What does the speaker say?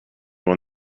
one